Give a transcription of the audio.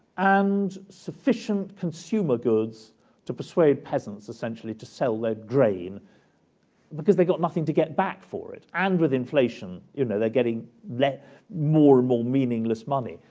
and sufficient consumer goods to persuade peasants essentially to sell their grain because they've got nothing to get back for it. and with inflation, you know, they're getting like more and more meaningless money.